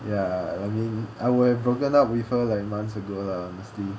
ya I mean I would have broken up with her like months ago lah basically